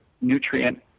nutrient